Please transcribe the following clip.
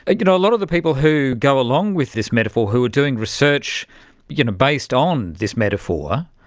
ah you know, a lot of the people who go along with this metaphor, who are doing research you know based on this metaphor,